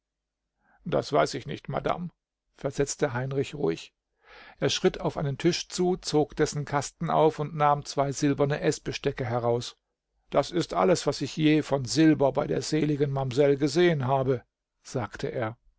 das weiß ich nicht madame versetzte heinrich ruhig er schritt auf einen tisch zu zog dessen kasten auf und nahm zwei silberne eßbestecke heraus das ist alles was ich je von silber bei der seligen mamsell gesehen habe sagte er